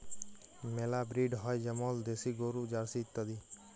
মেলা ব্রিড হ্যয় যেমল দেশি গরু, জার্সি ইত্যাদি